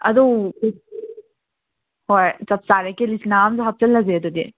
ꯑꯗꯨ ꯍꯣꯏ ꯆꯞ ꯆꯥꯔꯦ ꯀꯦꯂꯤꯆꯅꯥ ꯑꯝꯁꯨ ꯍꯥꯞꯆꯜꯂꯁꯦ ꯑꯗꯨꯗꯤ